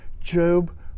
Job